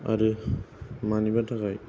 आरो मानिबा थाखाय